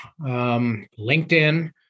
LinkedIn